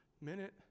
minute